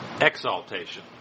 exaltation